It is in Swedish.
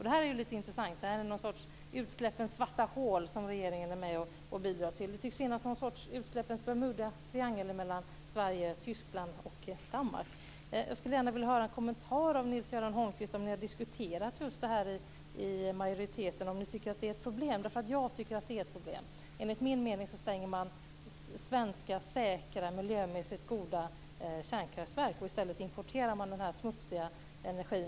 Detta är intressant - en sorts utsläppens svarta hål som regeringen bidrar till. Det tycks alltså finnas en sorts utsläppens Bermudatriangel mellan Jag skulle vilja ha en kommentar från Nils-Göran Holmqvist om huruvida ni har diskuterat just detta i majoriteten och om ni tycker att det är ett problem. Jag tycker att detta är ett problem. Enligt min mening stänger man svenska säkra och miljömässigt goda kärnkraftverk för att i stället importera den här smutsiga energin.